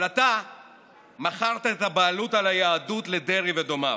אבל אתה מכרת את הבעלות על היהדות לדרעי ודומיו.